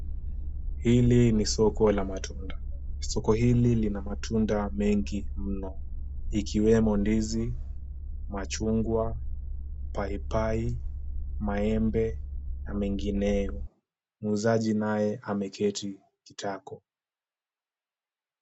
Hili ni soko la matunda. Soko hili lina matunda mengi mno ikiwemo ndizi, machungwa, paipai, maembe na mengineyo. Muuzaji naye ameketi kitako.